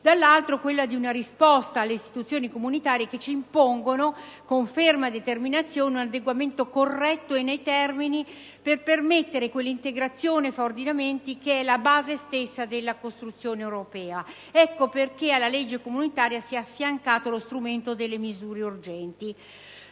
dall'altro, quella di una risposta alle istituzioni comunitarie che ci impongono, con ferma determinazione, un adeguamento corretto e nei termini, al fine di permettere quell'integrazione fra ordinamenti che è la base stessa della costruzione europea. Questo è il motivo per cui alla legge comunitaria si è affiancato lo strumento delle misure urgenti.